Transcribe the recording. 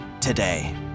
today